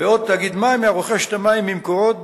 בעוד תאגיד מים היה רוכש את המים מ"מקורות"